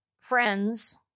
friends